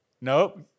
nope